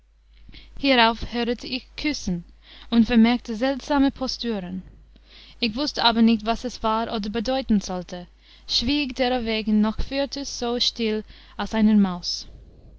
hierauf hörete ich küssen und vermerkte seltsame posturen ich wußte aber nicht was es war oder bedeuten sollte schwieg derowegen noch fürters so still als eine maus